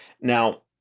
Now